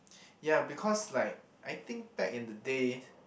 ya because like I think back in the day